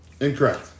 Incorrect